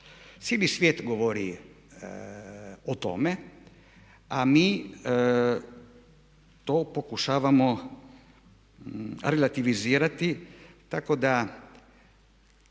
Cijeli svijet govori o tome a mi to pokušavamo relativizirati tako da